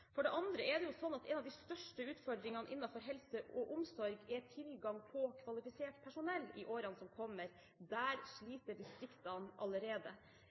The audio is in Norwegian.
For det andre er det slik at en av de største utfordringene innenfor helse og omsorg er tilgang på kvalifisert personell i årene som kommer. Der sliter distriktene allerede,